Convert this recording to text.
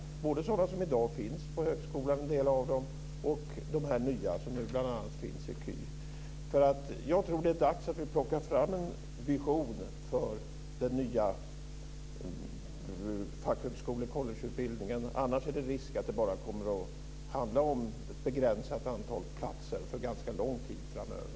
Det ska både vara sådana som i dag finns på högskolan - en del av dem gör det - och de nya, som bl.a. finns inom KY. Jag tror att det är dags att plocka fram en vision för den nya fackhögskoleutbildningen eller collegeutbildningen - annars är det risk att det kommer att handla om ett begränsat antal platser för ganska lång tid framöver.